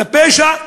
לפשע,